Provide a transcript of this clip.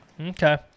okay